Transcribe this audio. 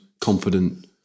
confident